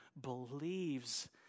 believes